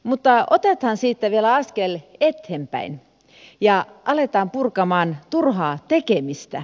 mutta otetaan siitä vielä askel eteenpäin ja aletaan purkamaan turhaa tekemistä